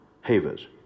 Havers